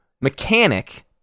mechanic